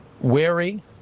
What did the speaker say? wary